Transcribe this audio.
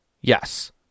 Yes